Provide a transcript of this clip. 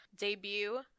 Debut